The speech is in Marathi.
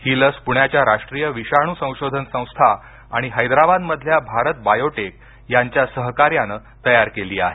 ही लस पुण्याच्या राष्ट्रीय विषाणू संशोधन संस्था आणि हैदराबादमधल्या भारत बायोटेक यांच्या सहकार्यान तयार केली आहे